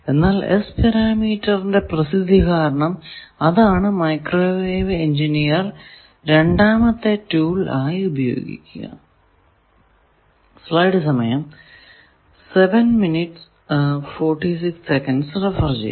എന്നാൽ S പരാമീറ്ററിന്റെ പ്രസിദ്ധി കാരണം അതാണ് മൈക്രോവേവ് എഞ്ചിനീയർ രണ്ടാമത്തെ ടൂൾ ആയി ഉപയോഗിക്കുക